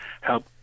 help